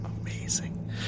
Amazing